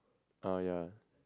uh ya